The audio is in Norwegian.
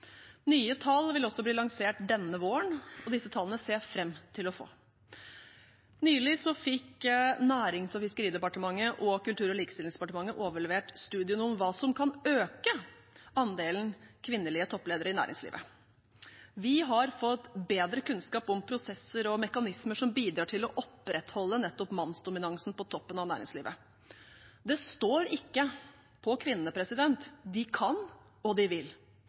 Nye tall vil også bli lansert denne våren, og disse tallene ser jeg fram til å få. Nylig fikk Nærings- og fiskeridepartementet og Kultur- og likestillingsdepartementet overlevert studien om hva som kan øke andelen kvinnelige toppledere i næringslivet. Vi har fått bedre kunnskap om prosesser og mekanismer som bidrar til å opprettholde nettopp mannsdominansen på toppen av næringslivet. Det står ikke på kvinnene. De kan, og de vil,